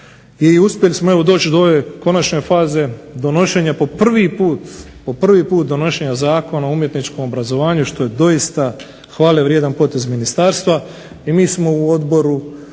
uspjeli smo doći do konačne faze donošenja po prvi puta, donošenja Zakona o umjetničkom obrazovanju što je doista hvale vrijedan potez ministarstva i mi smo u Odboru